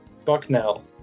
Bucknell